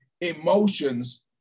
emotions